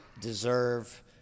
deserve